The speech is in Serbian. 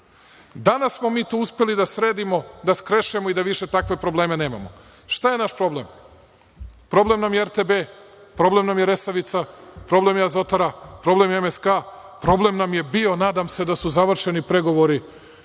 Danas smo mi to uspeli da sredimo, da skrešemo i da više takve probleme nemamo. Šta je naš problem? Problem nam je RTB, problem nam je Resavica, problem je „Azotara“, problem je MSK, problem nam je bio, a nadam se da su završeni pregovori,